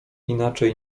inaczej